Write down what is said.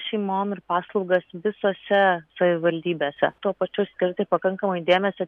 šeimom ir paslaugas visose savivaldybėse tuo pačiu ir skirti pakankamai dėmesio